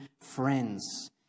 friends